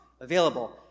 available